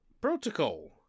Protocol